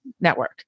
network